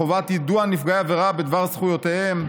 חובת יידוע נפגעי עבירה בדבר זכויותיהם),